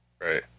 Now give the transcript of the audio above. Right